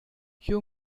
you